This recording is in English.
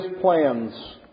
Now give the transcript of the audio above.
plans